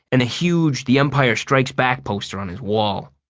and a huge the empire strikes back poster on his wall.